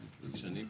כן,